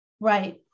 right